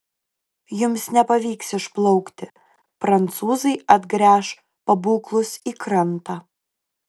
jums nepavyks išplaukti prancūzai atgręš pabūklus į krantą